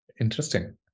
Interesting